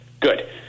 good